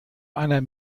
einer